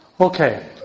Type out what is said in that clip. Okay